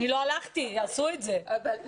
אני לא הלכתי, עשו את זה על המנורה.